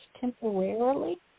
temporarily